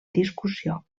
discussió